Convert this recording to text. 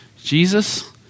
Jesus